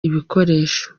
ibikoresho